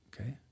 okay